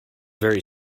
very